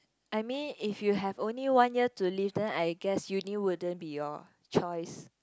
I mean if you have only one year to live then I guess Uni wouldn't be your choice